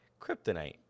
kryptonite